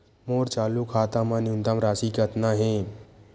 मोर चालू खाता मा न्यूनतम राशि कतना हे?